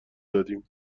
دادیم